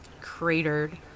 cratered